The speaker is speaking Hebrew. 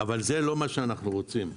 אבל זה לא מה שאנחנו רוצים.